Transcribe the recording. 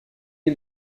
est